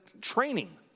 training